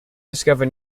discover